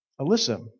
Alyssa